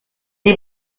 des